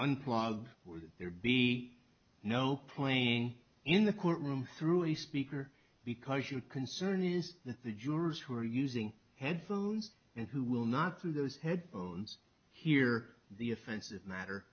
would there be no playing in the courtroom through the speaker because your concern is that the jurors who are using headphones and who will not through those headphones hear the offensive matter